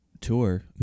tour